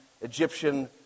Egyptian